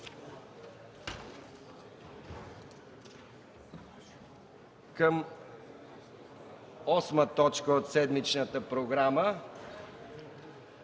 към осма точка от седмичната програма: